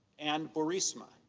and burisma.